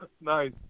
Nice